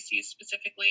specifically